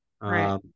Right